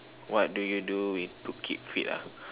what do you with to keep fit ah